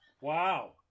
Wow